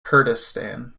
kurdistan